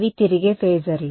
ఇవి తిరిగే ఫేజర్లు